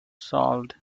solved